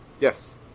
Yes